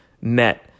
met